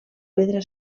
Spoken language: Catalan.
pedra